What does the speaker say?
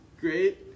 great